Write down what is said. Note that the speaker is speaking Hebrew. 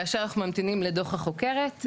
כאשר אנחנו ממתינים לדוח החוקרת,